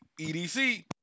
EDC